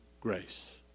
grace